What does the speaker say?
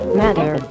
matter